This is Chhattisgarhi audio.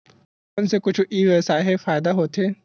फोन से कुछु ई व्यवसाय हे फ़ायदा होथे?